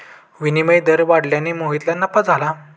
विनिमय दर वाढल्याने मोहितला नफा झाला